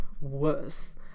worse